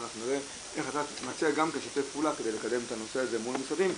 אבל אנחנו נראה איך אתה תשתף פעולה כדי לקדם את הנושא הזה מול המשרדים.